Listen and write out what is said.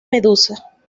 medusa